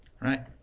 right